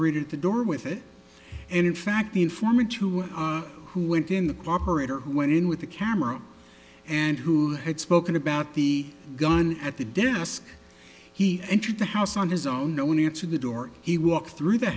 greeted at the door with it and in fact the informant who who went in the cooperate or who went in with a camera and who had spoken about the gun at the desk he entered the house on his own no one answered the door he walked through the